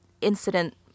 incident